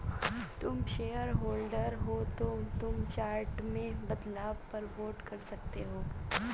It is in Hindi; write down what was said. तुम शेयरहोल्डर हो तो तुम चार्टर में बदलाव पर वोट कर सकते हो